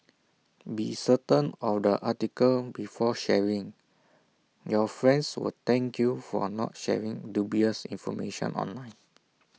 be certain of the article before sharing your friends will thank you for A not sharing dubious information online